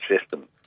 system